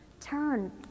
Turn